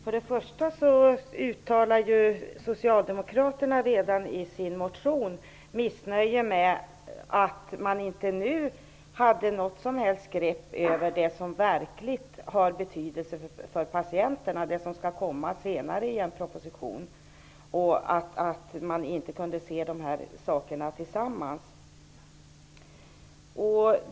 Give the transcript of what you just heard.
Herr talman! Socialdemokraterna uttalar redan i sin motion missnöje med att man inte nu tagit något som helst grepp över det som har verklig betydelse för patienterna, det som skall komma senare i en proposition, och att man inte kunde se de sakerna tillsammans.